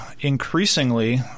increasingly